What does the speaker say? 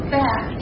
back